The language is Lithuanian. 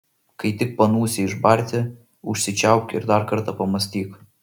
kai tik panūsi išbarti užsičiaupk ir dar kartą pamąstyk